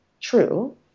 true